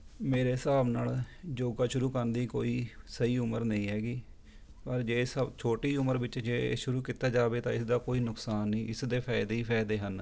ਮੇਰੇ ਹਿਸਾਬ ਨਾਲ ਯੋਗਾ ਸ਼ੁਰੂ ਕਰਨ ਦੀ ਕੋਈ ਸਹੀ ਉਮਰ ਨਹੀਂ ਹੈਗੀ ਪਰ ਜੇ ਸ ਛੋਟੀ ਉਮਰ ਵਿੱਚ ਜੇ ਸ਼ੁਰੂ ਕੀਤਾ ਜਾਵੇ ਤਾਂ ਇਸਦਾ ਕੋਈ ਨੁਕਸਾਨ ਨਹੀਂ ਇਸਦੇ ਫਾਈਦੇ ਹੀ ਫਾਈਦੇ ਹਨ